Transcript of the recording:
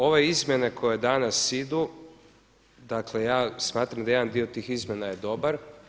Ove izmjene koje danas idu, dakle ja smatram da jedan dio tih izmjena je dobar.